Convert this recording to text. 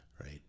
Right